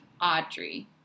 Audrey